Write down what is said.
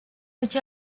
which